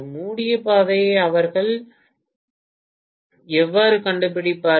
மூடிய பாதையை அவர்கள் எவ்வாறு கண்டுபிடிப்பார்கள்